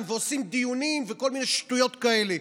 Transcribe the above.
ועושים דיונים וכל מיני שטויות כאלה.